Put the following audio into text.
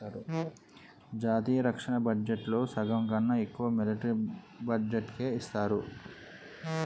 జాతీయ రక్షణ బడ్జెట్లో సగంకన్నా ఎక్కువ మిలట్రీ బడ్జెట్టుకే ఇస్తారు